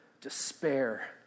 despair